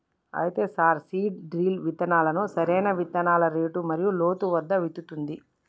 అయితే sir seed drill ఇత్తనాలను సరైన ఇత్తనాల రేటు మరియు లోతు వద్ద విత్తుతుంది